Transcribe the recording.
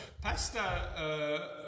Pasta